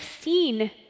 seen